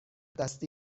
دستی